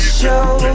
show